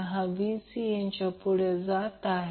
तर हा Z आहे